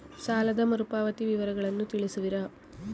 ಸಾಲದ ಮರುಪಾವತಿ ವಿವರಗಳನ್ನು ತಿಳಿಸುವಿರಾ?